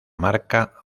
marca